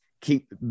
keep